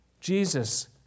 Jesus